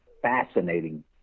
fascinating